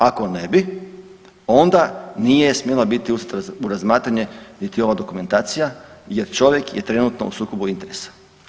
Ako ne bi, onda nije smjela biti uzeta u razmatranje niti ova dokumentacija jer čovjek je trenutno u sukobu interesa.